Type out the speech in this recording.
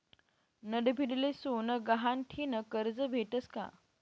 नडभीडले सोनं गहाण ठीन करजं भेटस का?